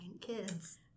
kids